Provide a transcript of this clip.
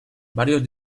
varios